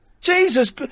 Jesus